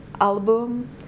album